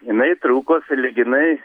jinai trūko sąlyginai